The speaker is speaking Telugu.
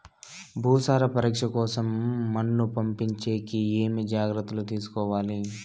భూసార పరీక్ష కోసం మన్ను పంపించేకి ఏమి జాగ్రత్తలు తీసుకోవాలి?